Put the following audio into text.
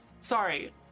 Sorry